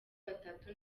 batatu